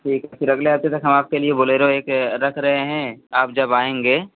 ठीक है फिर अगले हफ़्ते तक हम आपके लिए बोलेरो एक रख रहे हैं आप जब आएँगे